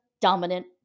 dominant